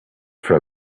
for